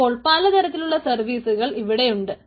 അപ്പോൾ പലതരത്തിലുള്ള സർവീസുകൾ ഇവിടെയുണ്ട്